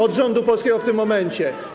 od rządu polskiego w tym momencie.